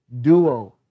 duo